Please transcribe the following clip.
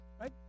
right